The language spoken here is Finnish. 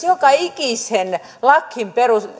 joka ikiseen lakiin